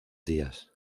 días